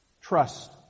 Trust